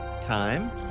Time